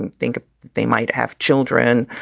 and think they might have children,